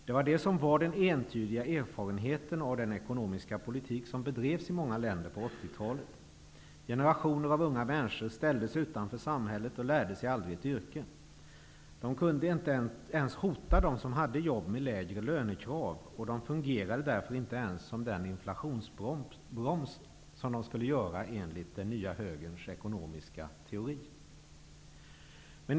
Det var det som var den entydiga erfarenheten av den ekonomiska politik som bedrevs i många länder under 80-talet: generationer av unga människor ställdes utanför samhället och lärde sig aldrig ett yrke. De kunde ens hota dem som hade jobb med lägre lönekrav, och de fungerade därför inte ens som den inflationsbroms som de skulle göra i enlighet med den nya högerns ekonomiska teorier.